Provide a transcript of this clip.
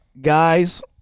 guys